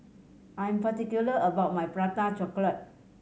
I'm particular about my Prata Chocolate